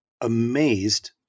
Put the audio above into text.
amazed